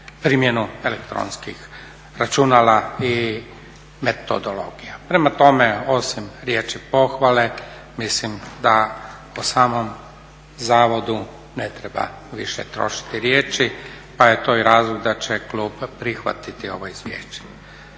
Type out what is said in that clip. primjenu elektronskih računala i metodologija. Prema tome, osim riječi pohvale mislim da po samom zavodu ne treba više trošiti riječi pa je to i razlog da će klub prihvatiti ovo izvješće.